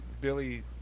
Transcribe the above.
Billy